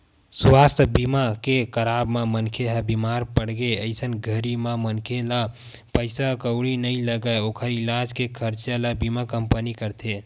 सुवास्थ बीमा के कराब म मनखे ह बीमार पड़गे अइसन घरी म मनखे ला पइसा कउड़ी नइ लगय ओखर इलाज के खरचा ल बीमा कंपनी करथे